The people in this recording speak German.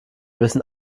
wissen